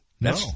No